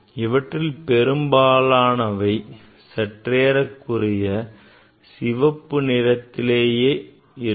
இவற்றில் பெரும்பாலானவை சற்றேறக்குறைய சிவப்பு நிறத்திலேயே இருக்கும்